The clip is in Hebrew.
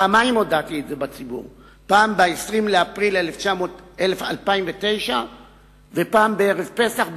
פעמיים הודעתי את זה בציבור: פעם ב-20 באפריל 2009 ופעם בערב פסח,